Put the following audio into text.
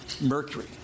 Mercury